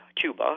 Cuba